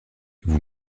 vous